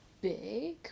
big